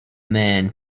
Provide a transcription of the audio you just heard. men